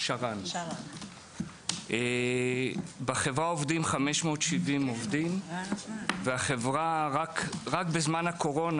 בחברה עובדים 570 עובדים והחברה רק בזמן הקורונה,